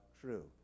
true